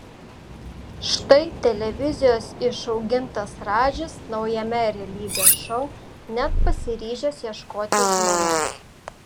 štai televizijos išaugintas radžis naujame realybės šou net pasiryžęs ieškoti žmonos